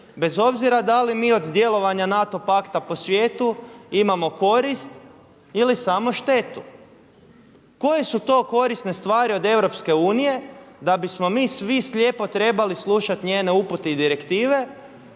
bez obzira da li mi od djelovanja NATO Pakta po svijetu imamo korist ili samo štetu. Koje su to korisne stvari od EU da bismo mi svi slijepo trebali slušati njene upute i direktive